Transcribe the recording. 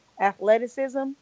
athleticism